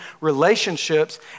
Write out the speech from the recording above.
relationships